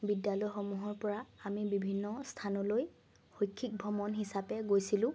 বিদ্যালয়সমূহৰ পৰা আমি বিভিন্ন স্থানলৈ শৈক্ষিক ভ্ৰমণ হিচাপে গৈছিলোঁ